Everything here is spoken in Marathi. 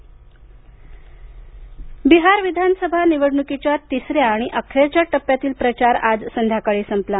बिहार निवडणक बिहार विधानसभा निवडणुकीच्या तिसऱ्या आणि अखेरच्या टप्प्यातील प्रचार आज संध्याकाळी संपला